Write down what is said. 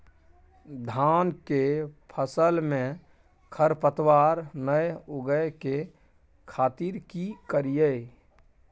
धान के फसल में खरपतवार नय उगय के खातिर की करियै?